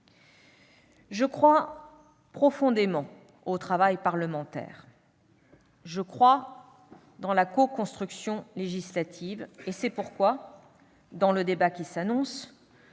Je crois profondément au travail parlementaire et à la coconstruction législative. C'est pourquoi, dans le débat qui s'annonce,